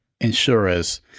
insurers